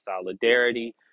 solidarity